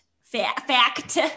fact